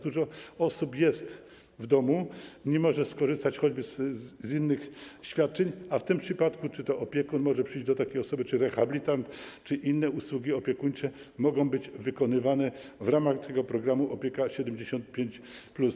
Dużo osób jest w domu, nie może skorzystać choćby z innych świadczeń, a w tym przypadku czy to opiekun może przyjść do takiej osoby, czy rehabilitant, czy inne usługi opiekuńcze mogą być wykonywane w ramach programu „Opieka 75+”